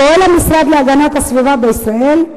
פועל המשרד להגנת הסביבה בישראל,